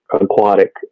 aquatic